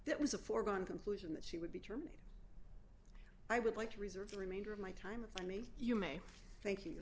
that was a foregone conclusion that she would be terminated i would like to reserve the remainder of my time for me you may thank you